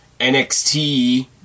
NXT